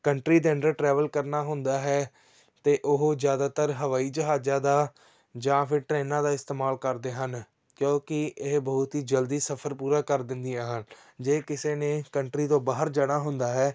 country ਦੇ under travel ਕਰਨਾ ਹੁੰਦਾ ਹੈ ਤਾਂ ਉਹ ਜ਼ਿਆਦਾਤਰ ਹਵਾਈ ਜਹਾਜ਼ਾਂ ਦਾ ਜਾਂ ਫਿਰ ਟਰੇਨਾਂ ਦਾ ਇਸਤੇਮਾਲ ਕਰਦੇ ਹਨ ਕਿਉਂਕਿ ਇਹ ਬਹੁਤ ਹੀ ਜਲਦੀ ਸਫ਼ਰ ਪੂਰਾ ਕਰ ਦਿੰਦੀਆਂ ਹਨ ਜੇ ਕਿਸੇ ਨੇ ਕੰਟਰੀ ਤੋਂ ਬਾਹਰ ਜਾਣਾ ਹੁੰਦਾ ਹੈ